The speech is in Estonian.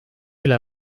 üle